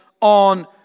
on